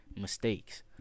mistakes